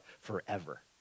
forever